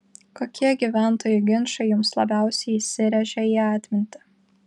kokie gyventojų ginčai jums labiausiai įsirėžė į atmintį